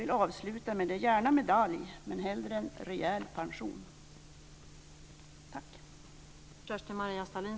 Jag avslutar med följande: Gärna en medalj, men hellre en rejäl pension.